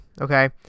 okay